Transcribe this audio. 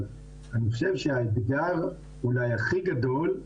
אבל אני חושב שהאתגר אולי הכי גדול,